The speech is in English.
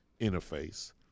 interface